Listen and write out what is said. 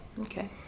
Okay